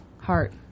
Heart